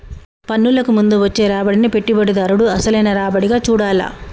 పన్నులకు ముందు వచ్చే రాబడినే పెట్టుబడిదారుడు అసలైన రాబడిగా చూడాల్ల